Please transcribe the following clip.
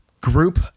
group